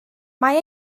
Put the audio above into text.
mae